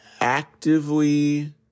actively